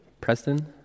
Preston